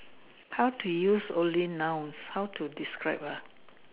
how to use only nouns how to describe ah